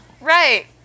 Right